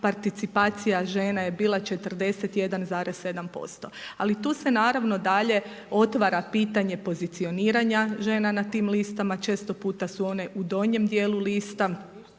participacija žena je bila 41,7%. Ali tu se naravno dalje otvara pitanje pozicioniranja žena na tim listama. Često puta su one u donjem dijelu lista.